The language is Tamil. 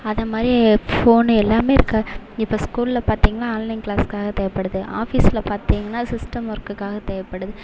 அதை மாதிரி ஃபோன்னு எல்லாமே இருக்க இப்போ ஸ்கூலில் பார்த்திங்கன்னா ஆன்லைன் கிளாஸ்க்காக தேவைப்படுது ஆஃபீஸில் பார்த்திங்கன்னா சிஸ்டம் ஒர்க்குக்காக தேவைப்படுது